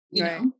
Right